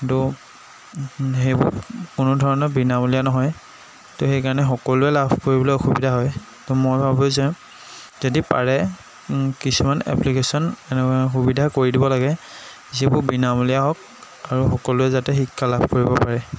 কিন্তু সেইবোৰ কোনোধৰণৰ বিনামূলীয়া নহয় ত' সেইকাৰণে সকলোৱে লাভ কৰিবলৈ অসুবিধা হয় ত' মই ভাবোঁ যে যদি পাৰে কিছুমান এপ্লিকেশ্যন এনেকুৱা সুবিধা কৰি দিব লাগে যিবোৰ বিনামূলীয়া হওক আৰু সকলোৱে যাতে শিক্ষা লাভ কৰিব পাৰে